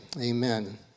Amen